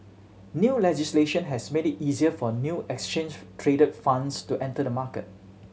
new legislation has made it easier for new exchange traded funds to enter the market